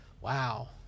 Wow